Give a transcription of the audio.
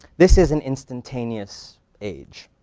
this is an instantaneous age.